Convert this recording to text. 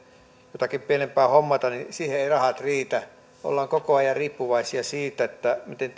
jotakin pienempää hommata eivät rahat riitä ollaan koko ajan riippuvaisia siitä miten